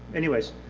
anyways,